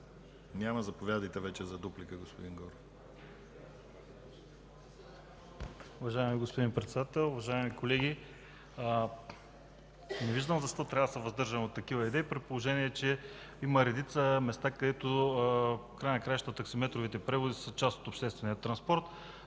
Няма. Заповядайте за дуплика, господин Горов.